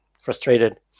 frustrated